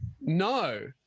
No